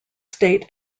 state